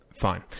Fine